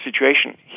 situation